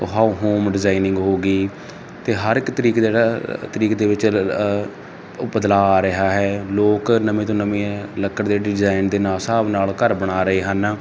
home designing ਹੋਗੀ ਤੇ ਹਰ ਇੱਕ ਤਰੀਕੇ ਦਾ ਜਿਹੜਾ ਤਰੀਕ ਦੇ ਵਿੱਚ ਬਦਲਾਅ ਆ ਰਿਹਾ ਹੈ ਲੋਕ ਨਵੇਂ ਤੋਂ ਨਵੇਂ ਲੱਕੜ ਦੇ ਡਿਜ਼ਾਈਨ ਦੇ ਨਾਲ ਹਿਸਾਬ ਨਾਲ ਘਰ ਬਣਾ ਰਹੇ ਹਨ